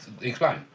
Explain